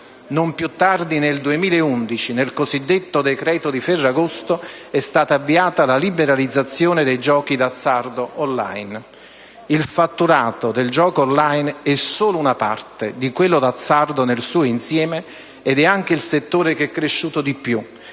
Poco più tardi, nel 2011, con il cosiddetto decreto di Ferragosto, è stata avviata la liberalizzazione dei giochi d'azzardo *online*. Il fatturato del gioco *online* è solo una parte di quello del gioco d'azzardo nel suo insieme ed è anche il settore che è cresciuto di più,